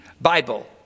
Bible